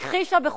הכחישה, בחוצפתה,